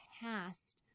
past